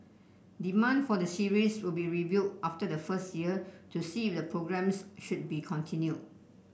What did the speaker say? demand for the series will be reviewed after the first year to see if the programmes should be continued